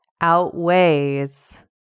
outweighs